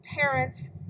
parents